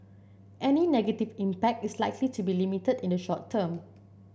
any negative impact is likely to be limited in the short term